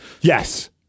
Yes